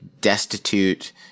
destitute –